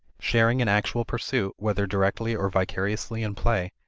sharing in actual pursuit, whether directly or vicariously in play,